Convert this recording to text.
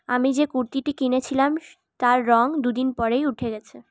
আমি যে কুর্তিটি কিনেছিলাম তার রঙ দুদিন পরেই উঠে গেছে